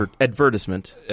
Advertisement